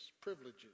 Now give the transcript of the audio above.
privileges